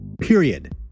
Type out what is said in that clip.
period